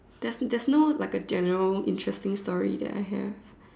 there's there's no like a general interesting story that I have